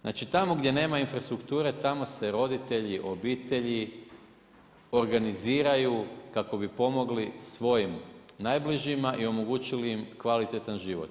Znači tamo gdje nema infrastrukture, tamo se roditelji, obitelji, organiziraju, kako bi pomogli svojim najbližima i omogućili im kvalitetan život.